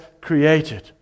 created